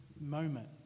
moment